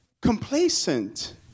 complacent